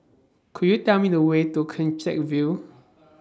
Could YOU Tell Me The Way to CleanTech View